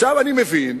אני מבין,